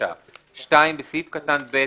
בהנפשה."; (2)בסעיף קטן (ב),